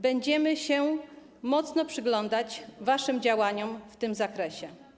Będziemy się mocno przyglądać waszym działaniom w tym zakresie.